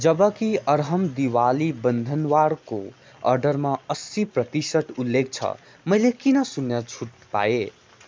जबकि अरहम दिवाली बन्धनवारको अर्डरमा असी प्रतिशत उल्लेख छ मैले किन शून्य छुट पाएँ